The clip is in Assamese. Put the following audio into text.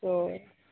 অঁ